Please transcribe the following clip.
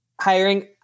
hiring